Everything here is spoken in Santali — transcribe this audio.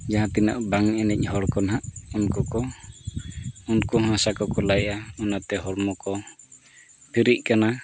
ᱡᱟᱦᱟᱸ ᱛᱤᱱᱟᱹᱜ ᱵᱟᱝ ᱮᱱᱮᱡ ᱦᱚᱲ ᱠᱚ ᱱᱟᱦᱟᱜ ᱩᱱᱠᱩ ᱠᱚ ᱩᱱᱠᱩ ᱦᱟᱥᱟ ᱠᱚᱠᱚ ᱞᱟᱭᱟ ᱚᱱᱟᱛᱮ ᱦᱚᱲᱢᱚ ᱠᱚ ᱯᱷᱤᱨᱤᱜ ᱠᱟᱱᱟ